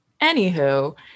anywho